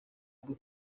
bwo